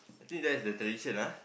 I think that's the tradition ah